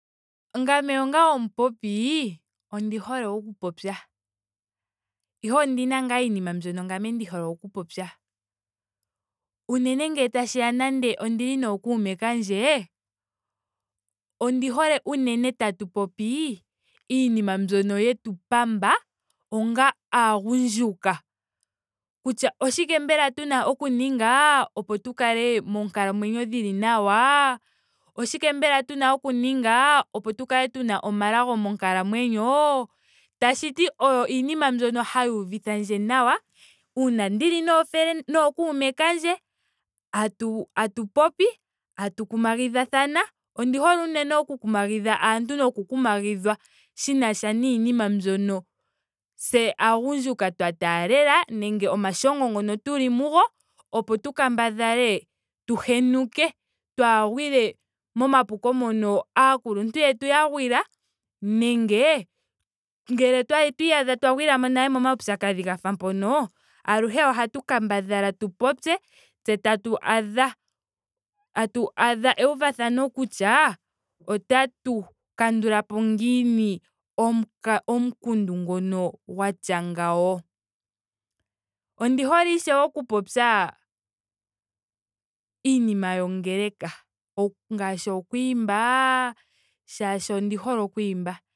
Ngame onga omupopi. ondi hole oku popya. ihe ondina ngaa iinima mbyoka ngame ndi hole oku popya. unene ngele tashiya ondili nookuume kandje. ondi hole unene tatu popi iinima mbyono yetu pamba onga aagundjuka. Kutya oshike mbela tuna oku ninga opo tu kale moonkalamwenyo dhili nawa. oshike mbela tuna oku ninga opo tu kale tuna omalago monkalamwenyo. tashiti oyo iinima mbyoka hayi uvithandje nawa. uuna ndili noofelende nookume kandje. atu- atu popi. tatu kumigadhathana. Ondi hole unene oku kumagidha aantu noku kumagidhwa shinasha niinima mbyono tse aagundjuka gwa taalela nenge omashongo ngono tuli mugo. opo tu kambadhale tu henuke. twaa gwile momapuko mono aakuluntu yetu ya gwila. nenge ongele otwa iyadha twa gwilamo nale momaupyakadhi gafa mpono. aluhe ohatu kambadhala tu popye. tse tatu adha tatu adha euvathano kutya otatu kandulapo ngiini omu- omukundu ngono gwa tya ngawo. Ondi hole ishewe oku popya iinima yongeleka. oku- ngaashi oku imba. molwaashoka ondi hole oku imba